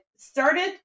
Started